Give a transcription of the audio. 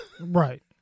right